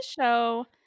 show